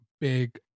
big